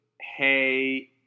hey